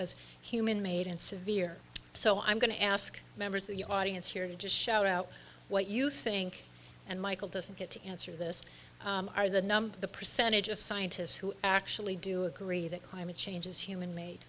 as human made and severe so i'm going to ask members of the audience here to shout out what you think and michael doesn't get to answer this are the number the percentage of scientists who actually do agree that climate change is human ma